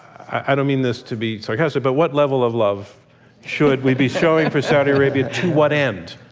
i don't mean this to be sarcastic, but what level of love should we be showing for saudi arabia? to what end?